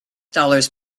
dollars